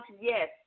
yes